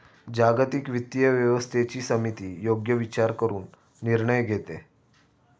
जागतिक वित्तीय व्यवस्थेची समिती योग्य विचार करून निर्णय घेते